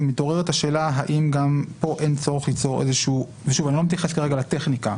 מתעוררת השאלה ואני לא מתייחס לטכניקה,